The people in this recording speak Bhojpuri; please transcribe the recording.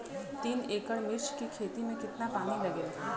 तीन एकड़ मिर्च की खेती में कितना पानी लागेला?